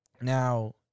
Now